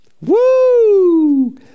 Woo